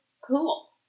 Cool